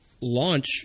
launch